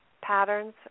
patterns